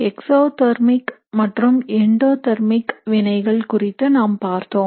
exothermic மற்றும் endothermic வினைகள் குறித்து நாம் பார்த்தோம்